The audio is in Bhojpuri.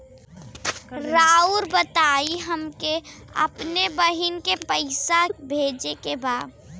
राउर बताई हमके अपने बहिन के पैसा भेजे के बा?